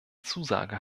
zusage